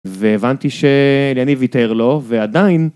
והבנתי שיניב ויתר לו ועדיין.